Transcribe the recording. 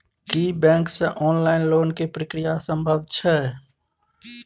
की bank से online loan के प्रक्रिया संभव छै?